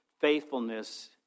faithfulness